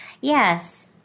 Yes